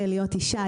בסביבה,